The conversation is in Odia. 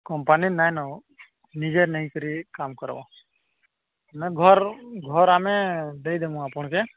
କମ୍ପାନୀ ନାଇଁ ନ ନିଜେ ନେଇକରି କାମ୍ କର୍ବ ନେଇଁ ଘର୍ ଘର୍ ଆମେ ଦେଇଦେମୁ ଆପଣ୍କେ